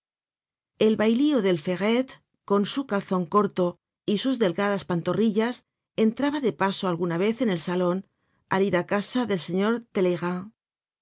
el bailío de ferrette con su calzon corto y sus delgadas pantorrillas entraba de paso alguna vez en el salon al ir á casa del señor